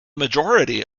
majority